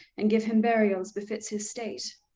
and give him burial as befits his state.